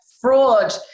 fraud